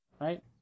Right